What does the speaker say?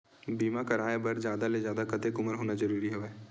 बीमा कराय बर जादा ले जादा कतेक उमर होना जरूरी हवय?